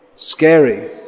Scary